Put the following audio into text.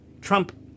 Trump